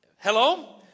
Hello